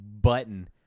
button